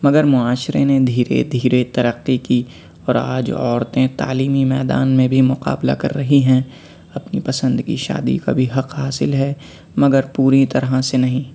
مگر معاشرے نے دھیرے دھیرے ترقی کی اور آج عورتیں تعلیمی میدان میں بھی مقابلہ کر رہی ہیں اپنی پسند کی شادی کا بھی حق حاصل ہے مگر پوری طرح سے نہیں